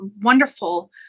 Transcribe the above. wonderful